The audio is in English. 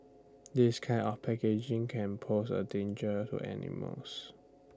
this kind of packaging can pose A danger to animals